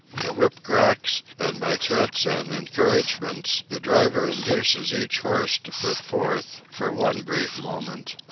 the whip cracks and by threats and encouragements the driver induces each horse to put forth, for one brief moment,